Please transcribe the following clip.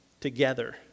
together